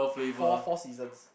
four four Seasons